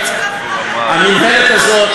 המינהלת הזאת,